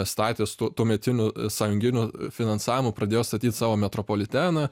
statės tuometiniu sąjunginiu finansavimu pradėjo statyt savo metropoliteną